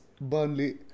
Burnley